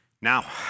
Now